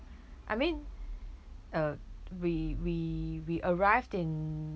I mean uh we we we arrived in